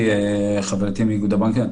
חברתי מיקי מאיגוד הבנקים,